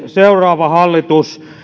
seuraava hallitus